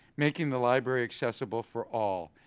making the library accessible for all.